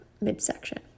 midsection